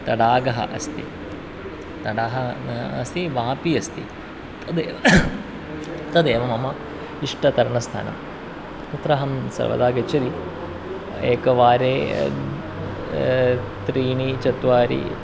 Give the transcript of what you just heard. तडागः अस्ति तडागः अस्ति वापि अस्ति तदेव तदेव मम इष्टं तरणस्थानं तत्र अहं सर्वदा गच्छति एकवारे त्रीणि चत्वारि